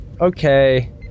okay